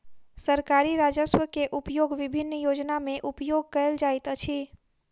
सरकारी राजस्व के उपयोग विभिन्न योजना में उपयोग कयल जाइत अछि